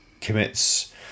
commits